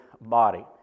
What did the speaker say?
body